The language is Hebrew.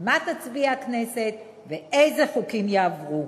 מה תצביע הכנסת ואיזה חוקים יעברו.